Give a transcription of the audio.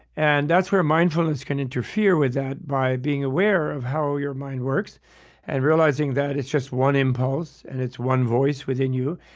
and that's where mindfulness can interfere with that by being aware of how your mind works and realizing that it's just one impulse and it's one voice within you.